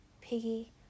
Piggy